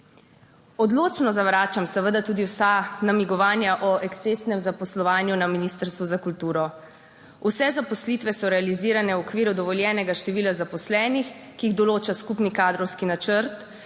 Odločno zavračam seveda tudi vsa namigovanja o ekscesnem zaposlovanju na ministrstvu za kulturo. Vse zaposlitve so realizirane v okviru dovoljenega števila zaposlenih, ki jih določa skupni kadrovski načrt,